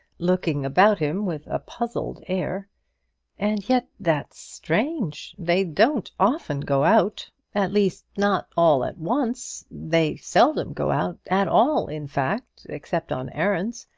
looking about him with a puzzled air and yet, that's strange. they don't often go out at least, not all at once. they seldom go out at all, in fact, except on errands.